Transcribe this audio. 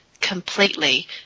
completely